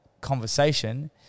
conversation